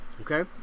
Okay